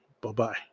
Bye-bye